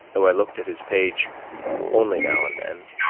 though i looked at his page only now and then.